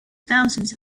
thousands